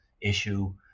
issue